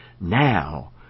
now